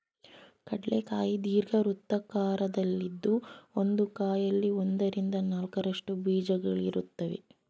ಕಡ್ಲೆ ಕಾಯಿ ದೀರ್ಘವೃತ್ತಾಕಾರದಲ್ಲಿದ್ದು ಒಂದು ಕಾಯಲ್ಲಿ ಒಂದರಿಂದ ನಾಲ್ಕರಷ್ಟು ಬೀಜಗಳಿರುತ್ವೆ